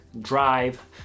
drive